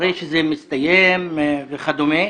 אחרי שזה מסתיים וכדומה.